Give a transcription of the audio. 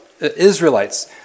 Israelites